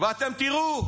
ואתם תראו.